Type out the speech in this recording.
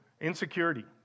insecurity